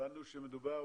הבנו שמדובר